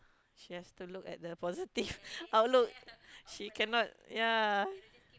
she has to look at the positive outlook she cannot ya